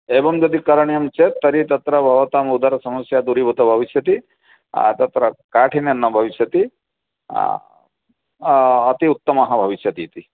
एवं यदि करणीयं चेत् तर्हि तत्र भवताम् उदरसमस्या दूरीभूता भविष्यति तत्र काठिन्यं न भविष्यति अति उत्तमः भविष्यति इति